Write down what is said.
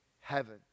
heaven